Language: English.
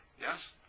yes